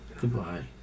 Goodbye